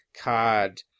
card